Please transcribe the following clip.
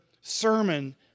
sermon